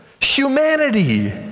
Humanity